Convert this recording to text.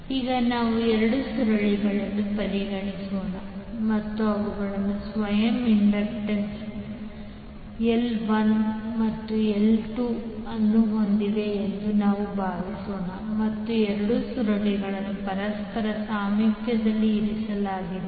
ಈಗ ನಾವು 2 ಸುರುಳಿಗಳನ್ನು ಪರಿಗಣಿಸೋಣ ಮತ್ತು ಅವುಗಳು ಸ್ವಯಂ ಇಂಡಕ್ಟನ್ಸ್ ಎಲ್ 1 ಮತ್ತು ಎಲ್ 2 ಅನ್ನು ಹೊಂದಿವೆ ಎಂದು ನಾವು ಭಾವಿಸುತ್ತೇವೆ ಮತ್ತು ಎರಡೂ ಸುರುಳಿಗಳನ್ನು ಪರಸ್ಪರ ಸಾಮೀಪ್ಯದಲ್ಲಿ ಇರಿಸಲಾಗಿದೆ